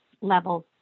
levels